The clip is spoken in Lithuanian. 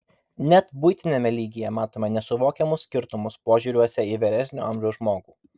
net buitiniame lygyje matome nesuvokiamus skirtumus požiūriuose į vyresnio amžiaus žmogų